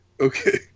Okay